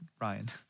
Ryan